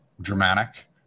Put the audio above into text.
dramatic